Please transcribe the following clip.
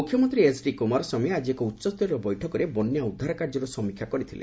ମୁଖ୍ୟମନ୍ତ୍ରୀ ଏଚ୍ଡି କ୍ରମାରସ୍ୱାମୀ ଆଜି ଏକ ଉଚ୍ଚସ୍ତରୀୟ ବୈଠକରେ ବନ୍ୟା ଉଦ୍ଧାର କାର୍ଯ୍ୟର ସମୀକ୍ଷା କରିଥିଲେ